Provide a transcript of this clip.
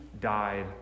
died